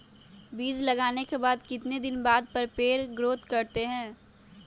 बीज लगाने के बाद कितने दिन बाद पर पेड़ ग्रोथ करते हैं?